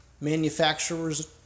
manufacturers